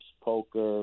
poker